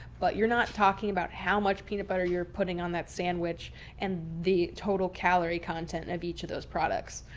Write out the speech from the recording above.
but you're not talking about how much peanut butter you're putting on that sandwich and the total calorie content of each of those products.